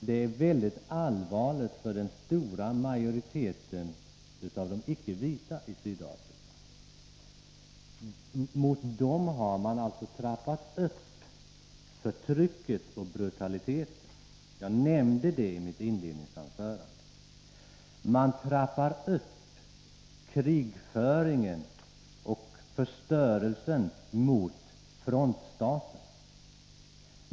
Det är allvarligt för den stora majoriteten icke-vita i Sydafrika. De drabbas nu av att man trappar upp förtrycket och brutaliteten, vilket jag nämnde i mitt inledningsanförande. Man trappar upp krigföringen mot fronstaterna och ökar förstörelsen av dem.